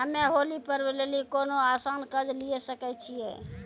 हम्मय होली पर्व लेली कोनो आसान कर्ज लिये सकय छियै?